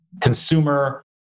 consumer